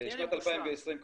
בשנת 2020,